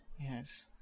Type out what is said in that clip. yes